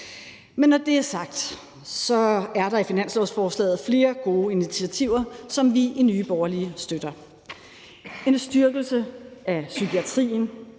Men når det er sagt, er der i finanslovsforslaget flere gode initiativer, som vi i Nye Borgerlige støtter. Der er en styrkelse af psykiatrien,